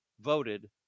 voted